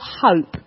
hope